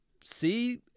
see